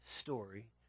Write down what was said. story